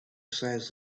says